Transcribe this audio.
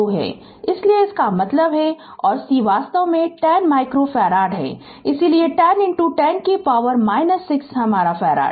इसलिए इसका मतलब है और C वास्तव में 10 माइक्रो फैराड है इसलिए 10 10 की पॉवर - 6 है हमारा फैराड